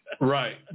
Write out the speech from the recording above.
Right